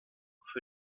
für